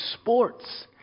sports